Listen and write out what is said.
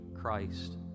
Christ